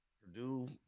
Purdue